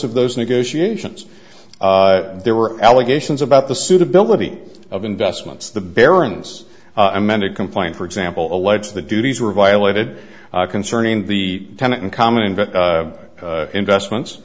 of those negotiations there were allegations about the suitability of investments the baron's amended complaint for example allege the duties were violated concerning the tenant in common but investments